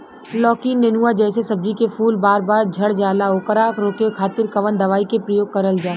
लौकी नेनुआ जैसे सब्जी के फूल बार बार झड़जाला ओकरा रोके खातीर कवन दवाई के प्रयोग करल जा?